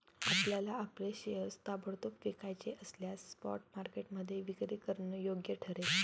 आपल्याला आपले शेअर्स ताबडतोब विकायचे असल्यास स्पॉट मार्केटमध्ये विक्री करणं योग्य ठरेल